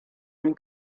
mewn